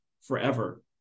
forever